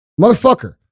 Motherfucker